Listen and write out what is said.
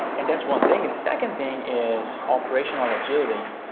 and that's one thing. and the second thing is operational agility.